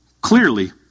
clearly